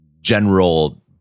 general